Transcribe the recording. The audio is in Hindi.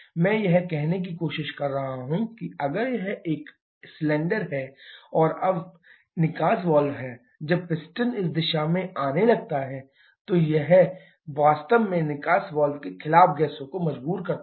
मैं यह कहने की कोशिश कर रहा हूं कि अगर यह एक सिलेंडर है और यह अब निकास वाल्व है जब पिस्टन इस दिशा में आने लगता है तो यह वास्तव में निकास वाल्व के खिलाफ गैसों को मजबूर करता है